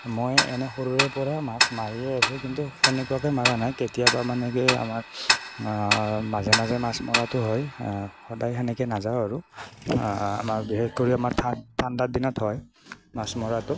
মই এনে সৰুৰে পৰা মাছ মাৰিয়ে আছোঁ কিন্তু সেনেকুৱাকৈ মৰা নাই কেতিয়াবা মানে কি আমাৰ মাজে মাজে মাছ মৰাতো হয় সদায় সেনেকৈ নাযাওঁ আৰু আমাৰ বিশেষ কৰি আমাৰ ঠাণ্ডাৰ দিনত হয় মাছ মৰাটো